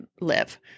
live